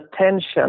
attention